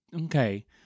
Okay